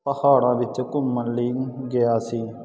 ਪਹਾੜਾਂ ਵਿੱਚੋਂ ਘੁੰਮਣ ਲਈ ਗਿਆ ਸੀ